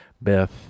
beth